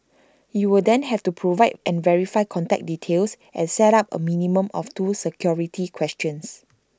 you will then have to provide and verify contact details and set up A minimum of two security questions